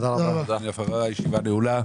הישיבה נעולה.